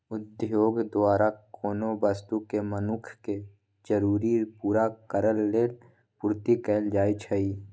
उद्योग द्वारा कोनो वस्तु के मनुख के जरूरी पूरा करेलेल पूर्ति कएल जाइछइ